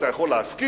אתה יכול להסכים,